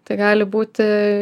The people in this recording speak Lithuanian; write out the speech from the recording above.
tai gali būti